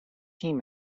team